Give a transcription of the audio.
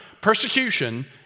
persecution